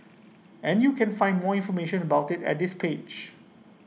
and you can find more information about IT at this page